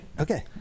Okay